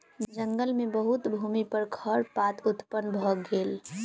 जंगल मे बहुत भूमि पर खरपात उत्पन्न भ गेल